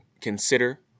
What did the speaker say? consider